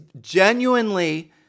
genuinely